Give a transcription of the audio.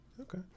Okay